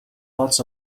lots